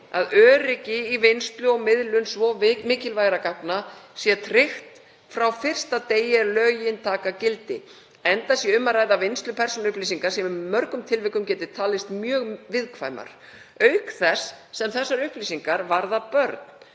að öryggi í vinnslu og miðlun svo mikilvægra gagna sé tryggt frá fyrsta degi er lögin taka gildi enda sé um að ræða vinnslu persónuupplýsinga, sem í mörgum tilvikum geti talist mjög viðkvæmar, auk þess sem þessar upplýsingar varða börn,